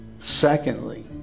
Secondly